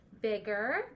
bigger